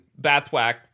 Bathwack